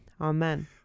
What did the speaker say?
Amen